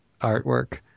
artwork